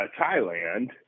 Thailand